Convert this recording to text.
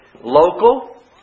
local